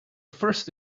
first